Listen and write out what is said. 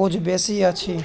बोझ बेसी अछि